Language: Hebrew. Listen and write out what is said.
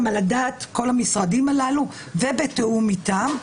על דעת כל המשרדים הללו ובתיאום איתם,